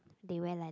they wear like that